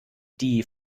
die